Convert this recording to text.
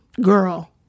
girl